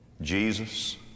Jesus